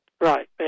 right